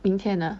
明天 ah